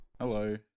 Hello